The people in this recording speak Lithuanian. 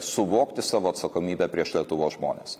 suvokti savo atsakomybę prieš lietuvos žmones